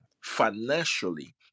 financially